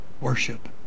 worship